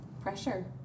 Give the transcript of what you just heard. Pressure